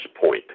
point